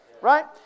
Right